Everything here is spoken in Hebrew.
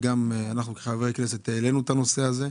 וגם אנחנו כחברי כנסת העלינו את הנושא הזה.